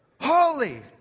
Holy